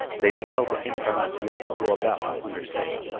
they beheld the encarnacion go about under sail.